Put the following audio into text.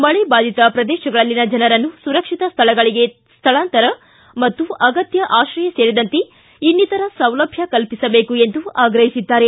ಮಳೆ ಬಾಧಿತ ಪ್ರದೇಶಗಳಲ್ಲಿನ ಜನರನ್ನು ಸುರಕ್ಷಿತ ಸ್ಟಳಗಳಿಗೆ ಸ್ಟಳಾಂತರ ಮತ್ತು ಅಗತ್ಯ ಆಶ್ರಯ ಸೇರಿದಂತೆ ಇನ್ನಿತರೆ ಸೌಲಭ್ಯ ಕಲ್ಪಿಸಬೇಕು ಎಂದು ಆಗ್ರಹಿಸಿದ್ದಾರೆ